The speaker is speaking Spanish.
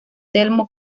telmo